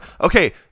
okay